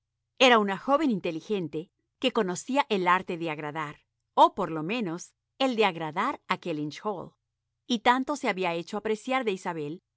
era una joven inteligente que conocía el arte de agradar o por lo menos el de agradar en kellynch hall y tanto se había hecho apreciar de